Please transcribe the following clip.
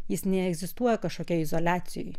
jis neegzistuoja kažkokioj izoliacijoj